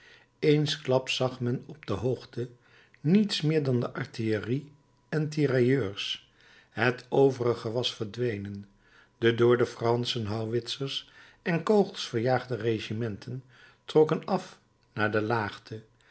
eensklaps zag men op de hoogte niets meer dan de artillerie en de tirailleurs het overige was verdwenen de door de fransche houwitsers en kogels verjaagde regimenten trokken af naar de laagte